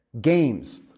Games